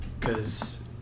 cause